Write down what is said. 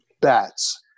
bats